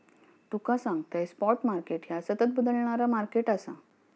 तुका सांगतंय, spot market ह्या सतत बदलणारा मार्केट आसा